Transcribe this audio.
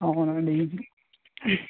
అవును అండి